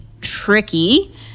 tricky